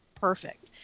perfect